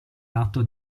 atto